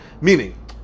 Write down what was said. Meaning